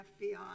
fbi